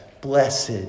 blessed